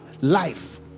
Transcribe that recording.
life